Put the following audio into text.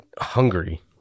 hungry